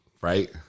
right